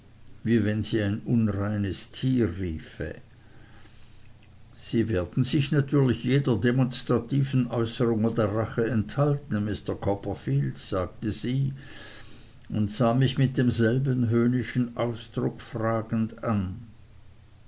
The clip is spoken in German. wie wenn sie ein unreines tier riefe sie werden sich natürlich jeder demonstrativen äußerung oder rache enthalten mr copperfield sagte sie und sah mich mit demselben höhnischen ausdruck fragend an